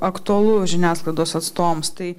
aktualu žiniasklaidos atstovams tai